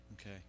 Okay